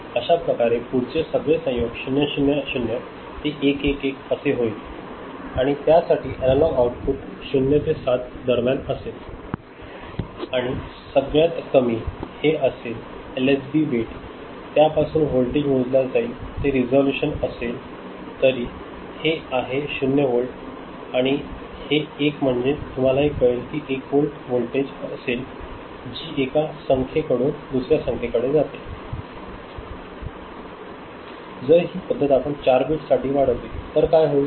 अशाप्रकारे पुढचे सगळे संयोग 000 ते 1 1 1 असे होईल आणि त्यासाठी अनालॉग आउटपुट 0 ते 7 व्होल्ट दरम्यान असेल आणि सगळ्यात कमी हे असेल एल एस बी वेट त्यापासून वोल्टेज मोजल्या जाईल जे रिझोल्यूशन असेल तरी हे आहे शून्य व्होल्ट आणि हे 1 व्होल्ट म्हणजे तुम्हालाही कळेल की 1 व्होल्ट वोल्टेज असेल जी एका संखेकडून दुसऱ्या संख्या कडे जातो जर ही पद्धत आपण 4 bit साठी वाढवली तर काय होईल